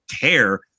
care